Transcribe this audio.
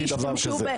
כזה.